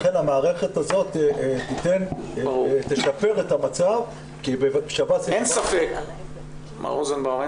לכן המערכת הזאת תשפר את המצב כי בשב"ס --- מר רוזנבאום,